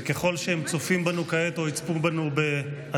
וככל שהם צופים בנו כעת או יצפו בנו בעתיד,